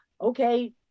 Okay